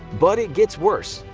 but it gets worse.